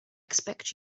expect